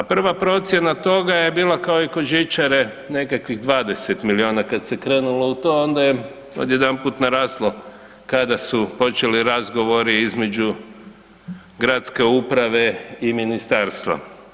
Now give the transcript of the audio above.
A prva procjena toga je bila kao i kod žičare nekakvih 20 miliona kad se krenulo u to onda je odjedanput naraslo kada su počeli razgovori između gradske uprave i ministarstva.